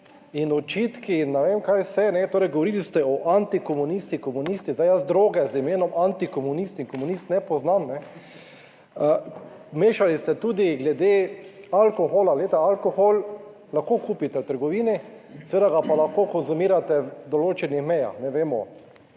in očitki in ne vem, kaj vse. Torej govorili ste o antikomunisti, komunisti. Zdaj, jaz droge z imenom antikomunist in komunist ne poznam. Mešali ste tudi glede alkohola, glejte, alkohol lahko kupite v trgovini, seveda ga pa lahko konzumirate v določenih mejah, ne vemo,